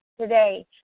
today